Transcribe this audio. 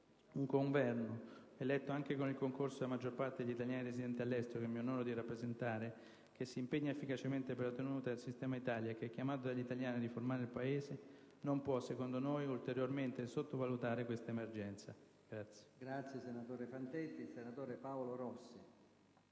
Un Governo, eletto anche col concorso dalla maggior parte degli italiani residenti all'estero che mi onoro di rappresentare, che si impegna efficacemente per la tenuta del sistema Italia e che è chiamato dagli italiani a riformare il Paese, non può, secondo noi, ulteriormente sottovalutare questa emergenza.